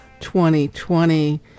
2020